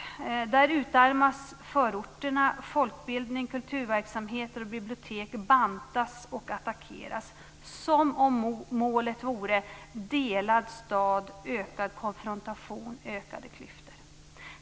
Där utarmas förorterna. Folkbildning, kulturverksamheter och bibliotek bantas och attackeras som om målet vore delad stad, ökad konfrontation och ökade klyftor.